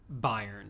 Bayern